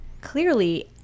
Clearly